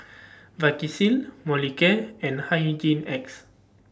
Vagisil Molicare and Hygin X